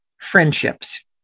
friendships